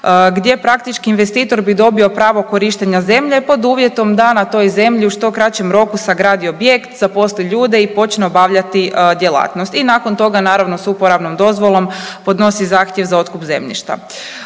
gdje praktički investitor bi dobio pravo korištenja zemlje pod uvjetom da na toj zemlji u što kraćem roku sagradi objekt, zaposli ljude i počne obavljati djelatnost i nakon toga naravno s uporabnom dozvolom podnosi zahtjev za otkup zemljišta.